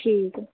ठीक ऐ